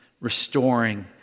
restoring